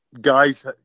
guys –